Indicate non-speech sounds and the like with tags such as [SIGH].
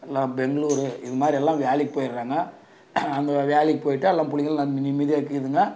[UNINTELLIGIBLE] பெங்களூரு இது மாதிரியெல்லாம் வேலைக்கு போய்டுறாங்க அந்த வேலைக்கு போய்ட்டு எல்லாம் பிள்ளைங்களும் நிம்மதியாருக்குதுங்க